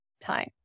time